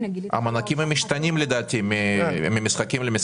המענקים משתנים לדעתי ממשחקים למשחקים.